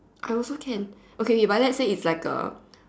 I also can okay but let's say it's like a